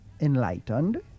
enlightened